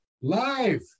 live